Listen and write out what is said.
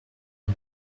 not